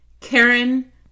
Karen